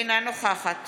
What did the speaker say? אינה נוכחת